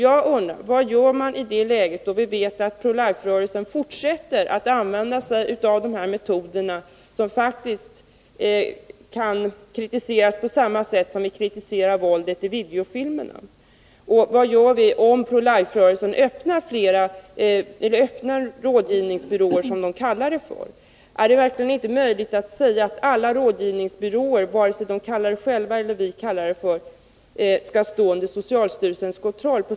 Jag undrar: Vad gör vii ett läge då vi vet att Pro Life-rörelsen fortsätter att använda sig av dessa metoder, som faktiskt kan kritiseras på samma sätt som våldet i videofilmer? Och vad gör vi, om Pro Life-rörelsen öppnar, som de kallar det, rådgivningsbyråer? Är det verkligen inte möjligt att se till att alla ”rådgivningsbyråer” skall stå under socialstyrelsens kontroll?